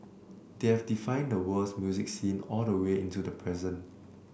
they have defined the world's music scene all the way into the present